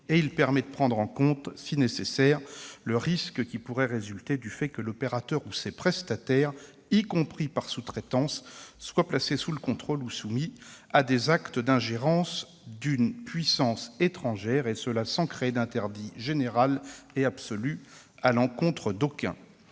Il permet de prendre en compte, si nécessaire, le risque qui pourrait résulter « du fait que l'opérateur ou ses prestataires, y compris par sous-traitante, soient placés sous le contrôle ou soumis à des actes d'ingérence d'une puissance étrangère », et ce sans créer d'interdit général et absolu à l'encontre d'aucun.